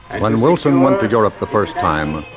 when wilson went to europe the first time,